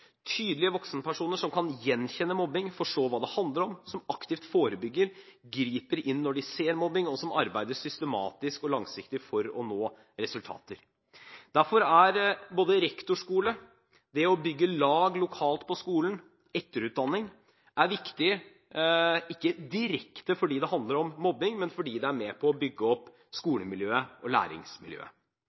tydelige voksenpersoner som kan gjenkjenne mobbing og forstå hva det handler om, som aktivt forebygger, som griper inn når de ser mobbing, og som arbeider systematisk og langsiktig for å nå resultater. Derfor er både rektorskole, det å bygge lag lokalt på skolen og etterutdanning viktig, ikke direkte fordi det handler om mobbing, men fordi det er med på å bygge opp skolemiljøet og læringsmiljøet.